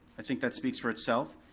i think that speaks for itself.